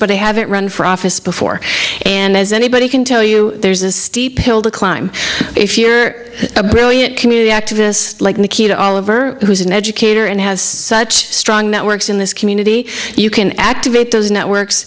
they haven't run for office before and as anybody can tell you there's a steep hill to climb if you're a brilliant community activist like nikita oliver who's an educator and has such strong networks in this community you can activate those networks